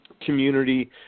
community